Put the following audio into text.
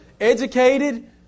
educated